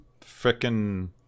frickin